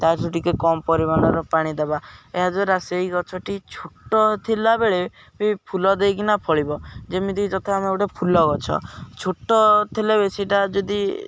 ତା'ଠୁ ଟିକେ କମ ପରିମାଣର ପାଣି ଦବା ଏହାଦ୍ୱାରା ସେଇ ଗଛଟି ଛୋଟ ଥିଲାବେଳେ ବି ଫୁଲ ଦେଇକିନା ଫଳିବ ଯେମିତି ଯଥା ଆମେ ଗୋଟେ ଫୁଲ ଗଛ ଛୋଟ ଥିଲାବେଳେ ସେଇଟା ଯଦି